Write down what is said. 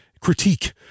critique